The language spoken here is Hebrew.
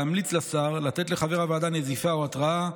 להמליץ לשר לתת לחבר הוועדה נזיפה או התראה,